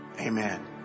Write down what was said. Amen